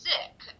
sick